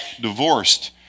divorced